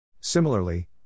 Similarly